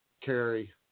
carry